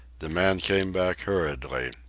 the man came back hurriedly.